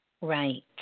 Right